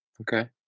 Okay